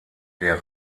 der